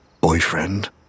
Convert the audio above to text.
boyfriend